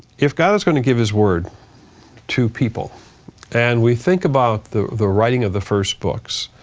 if god is gonna give his word to people and we think about the the writing of the first books,